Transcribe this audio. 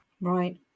Right